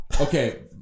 Okay